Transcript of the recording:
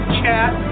chat